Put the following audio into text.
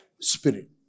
spirit